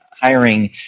hiring